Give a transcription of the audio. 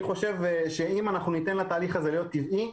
ניתן לתהליך הזה להיות טבעי,